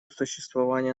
существования